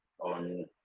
On